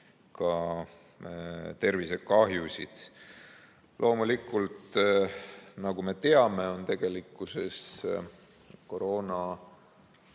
tervisekahjusid. Loomulikult, nagu me teame, on tegelikkuses